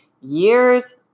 years